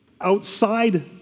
outside